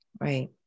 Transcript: Right